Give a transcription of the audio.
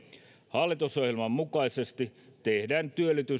hallitusohjelman mukaisesti tehdään